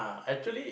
actually